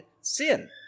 sin